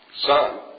son